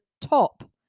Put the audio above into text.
top